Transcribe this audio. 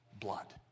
Blood